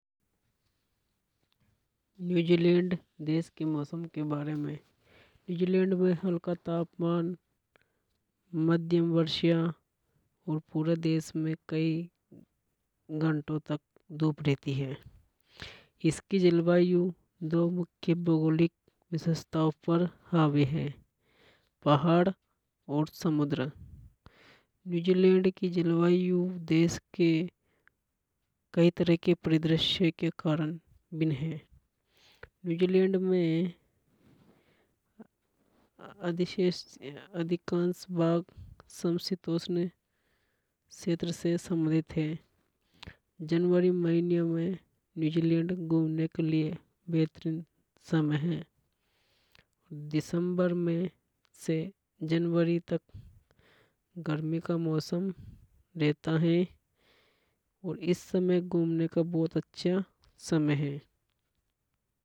न्यूजीलैंड देश के मौसम के बारे में न्यूजीलैंड में हल्का तापमान मध्यम वर्षा और पूरे देश में कई घंटों तक धूप रहती है। इसकी जलवायु दो मुख्य भौगोलिक विशेषताओं पर हावी है पहाड़ और समुद्र न्यूजीलैंड की जलवायु देश के कई तरह के परिदृश्य के कारण भिन्न है। न्यूजीलैंड में अधिकांश भाग समशीतोष्ण से संबंधित है। जनवरी महीनियों में न्यूजीलैंड घूमने के लिए बेहतरीन समय हे दिसंबर में से जनवरी तक गर्मी का मौसम रहता हे और इस समय घूमने का बहुत अच्छा समय है।